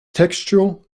textual